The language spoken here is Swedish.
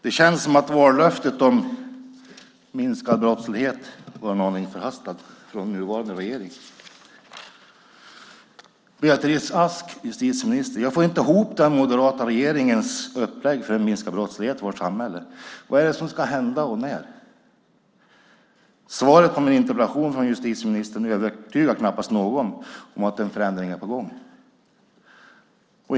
Det känns som om vallöftet från den nuvarande regeringen om minskad brottslighet var en aning förhastat. Jag får inte ihop den moderata regeringens upplägg för en minskad brottslighet i vårt samhälle, justitieminister Beatrice Ask. Vad är det som ska hända, och när? Justitieministerns svar på min interpellation övertygar knappast någon om att en förändring är på gång.